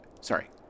Sorry